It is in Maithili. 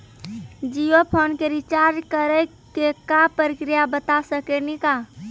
जियो फोन के रिचार्ज करे के का प्रक्रिया बता साकिनी का?